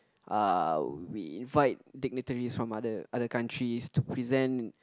uh we invite dignitaries from other other countries to present